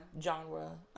genre